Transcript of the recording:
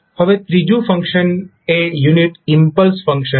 હવે ત્રીજુ ફંક્શનએ યુનિટ ઇમ્પલ્સ ફંક્શન છે